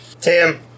Tim